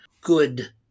good